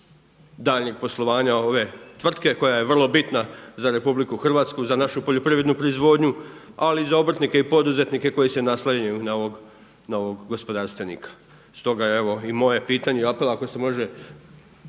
daljnjeg poslovanja ove tvrtke koja je vrlo bitna za RH, za našu poljoprivrednu proizvodnju, ali i za obrtnike i poduzetnike koji se naslanjanju na ovog gospodarstvenika. Stoga evo moje pitanje i apel ako se može